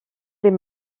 dem